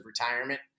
retirement